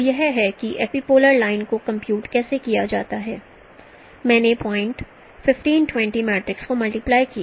तो यह है कि एपीपोलर लाइन को कंप्यूट कैसे किया जाता है मैंने पॉइंट15 20 को मल्टीप्लाई किया